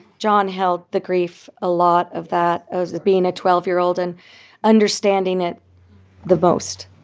john held the grief, a lot of that, as being a twelve year old and understanding it the most